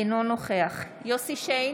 אינו נוכח יוסף שיין,